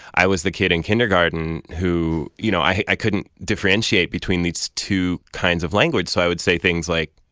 i was the kid in kindergarten who you know, i i couldn't differentiate between these two kinds of language. so i would say things like,